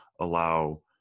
allow